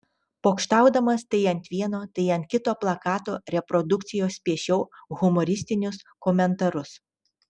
pokštaudamas tai ant vieno tai ant kito plakato reprodukcijos piešiau humoristinius komentarus